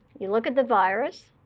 you look at the virus,